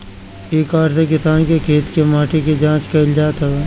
इ कार्ड से किसान के खेत के माटी के जाँच कईल जात हवे